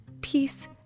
peace